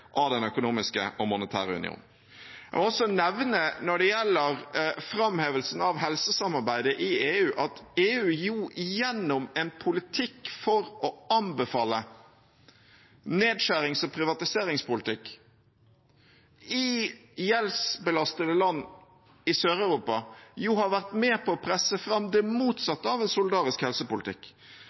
av den økonomiske og monetære union. Jeg vil også nevne, når det gjelder framhevelsen av helsesamarbeidet i EU, at EU, ved å anbefale nedskjærings- og privatiseringspolitikk i gjeldsbelastede land i Sør-Europa, jo har vært med på å presse fram det motsatte av en solidarisk helsepolitikk.